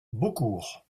beaucourt